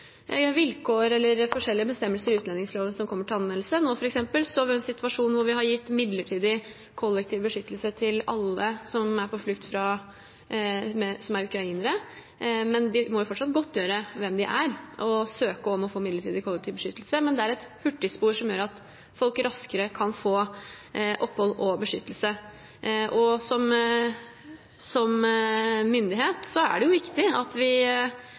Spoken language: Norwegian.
vilkår eller forskjellige bestemmelser i utlendingsloven som kommer til anvendelse. Nå f.eks. står vi i en situasjon hvor vi har gitt midlertidig kollektiv beskyttelse til alle som er på flukt som er ukrainere, men de må fortsatt godtgjøre hvem de er og søke om å få midlertidig kollektiv beskyttelse. Det er et hurtigspor som gjør at folk raskere kan få opphold og beskyttelse. Som myndighet er det viktig at vi